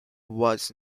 was